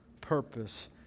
purpose